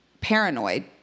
paranoid